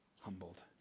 humbled